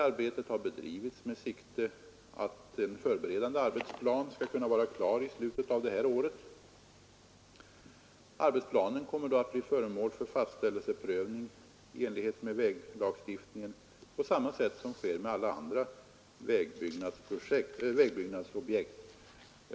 Arbetet har bedrivits med sikte på att en förberedande arbetsplan skall kunna vara klar i slutet av detta år. Arbetsplanen kommer då att bli föremål för fastställelseprövning i enlighet med väglagstiftningen på samma sätt som sker med alla andra vägbyggnadsobjekt.